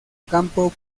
campo